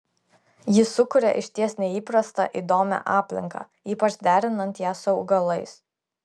ji sukuria išties neįprastą įdomią aplinką ypač derinant ją su augalais